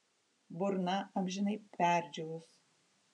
burna amžinai perdžiūvus